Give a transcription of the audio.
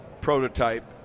prototype